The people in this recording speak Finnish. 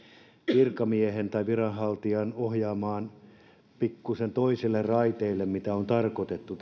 virkamiehen tai viranhaltijan pikkuisen ohjata toiselle raiteelle sille mitä on tarkoitettu